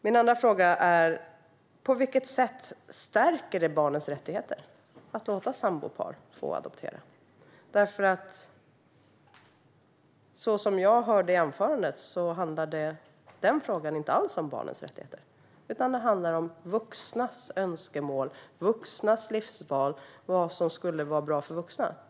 Min andra fråga är: På vilket sätt stärker det barnens rättigheter att låta sambopar få adoptera? Så som jag hörde i anförandet handlar den frågan inte alls om barnens rättigheter, utan det handlar om vuxnas önskemål och livsval och vad som skulle vara bra för vuxna.